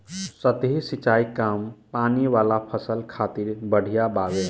सतही सिंचाई कम पानी वाला फसल खातिर बढ़िया बावे